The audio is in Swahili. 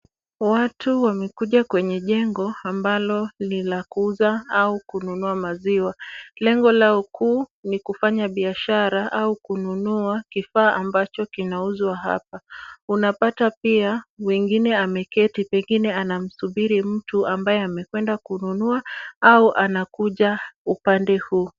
Watu wamekuja kwenye jengo ambalo ni la kuuza au kununua maziwa. Lengo lao kuu ni kufanya biashara au kununua kifaa ambacho kinauzwa hapa. Unapata pia mwingine ameketi pengine anamsubiri mtu ambaye amekwenda kununua au anakuja upande huu.